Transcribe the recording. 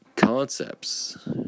Concepts